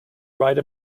ride